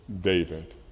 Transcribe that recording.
David